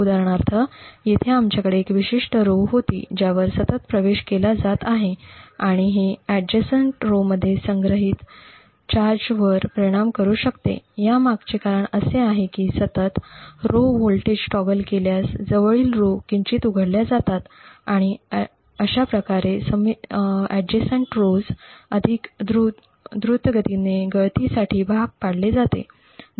उदाहरणार्थ येथे आमच्याकडे एक विशिष्ट पंक्ती होती ज्यावर सतत प्रवेश केला जात आहे आणि हे समीप पंक्तींमध्ये संग्रहित चार्जवर परिणाम करू शकते यामागचे कारण असे आहे की सतत पंक्ती व्होल्टेज टॉगल केल्यास जवळील पंक्ती किंचित उघडल्या जातात अशा प्रकारे समीपच्या पंक्तींना अधिक द्रुतगतीने गळतीसाठी भाग पाडले जाते